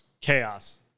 chaos